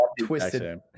twisted